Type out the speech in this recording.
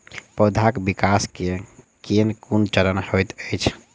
पौधाक विकास केँ केँ कुन चरण हएत अछि?